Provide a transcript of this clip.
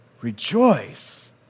Rejoice